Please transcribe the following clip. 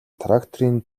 тракторын